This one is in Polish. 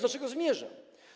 Do czego zmierzam?